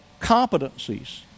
competencies